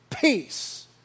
peace